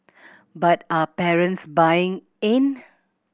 but are parents buying in